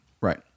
Right